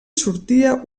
sortia